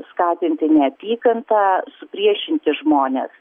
skatinti neapykantą supriešinti žmones